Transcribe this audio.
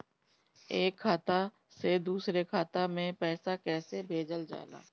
एक खाता से दुसरे खाता मे पैसा कैसे भेजल जाला?